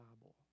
Bible